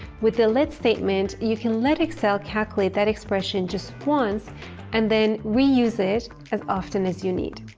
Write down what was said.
with the let statement, you can let excel calculate that expression just once and then reuse it as often as you need,